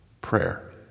prayer